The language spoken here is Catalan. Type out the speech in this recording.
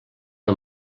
una